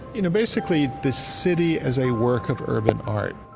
you know basically this city as a work of urban art.